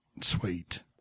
Sweet